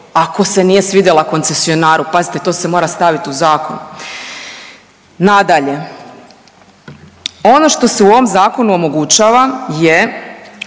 ako se nije svidjela koncesionaru, pazite, to se mora stavit u zakon. Nadalje, ono što se u ovom zakonu omogućava je